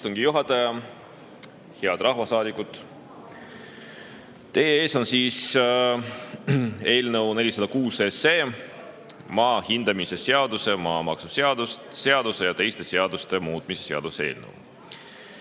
Teie ees on eelnõu 406, maa hindamise seaduse, maamaksuseaduse ja teiste seaduste muutmise seaduse eelnõu.